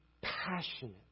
passionate